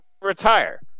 retire